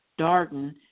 Darden